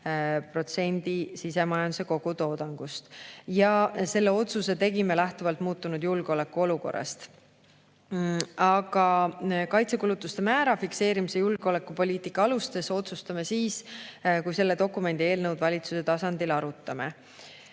üle 2,5% sisemajanduse kogutoodangust. Seda tegime lähtuvalt muutunud julgeolekuolukorrast. Aga kaitsekulutuste määra fikseerimise julgeolekupoliitika alustes otsustame siis, kui selle dokumendi eelnõu valitsuse tasandil arutame.